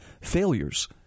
failures